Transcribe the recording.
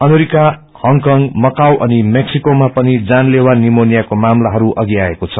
America Hong Kong Macau अनि मैक्सीकोमा पनि जानलेवा निमोनियाको माम्ताहरू अघि आएको छ